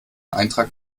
eintrag